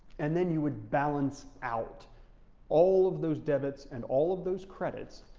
and then you would balance out all of those debits and all of those credits,